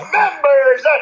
members